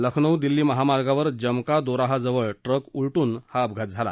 लखनौ दिल्ली महामार्गावर जमका दोराहा जवळ ट्रक उलटून हा अपघात झाला